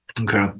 okay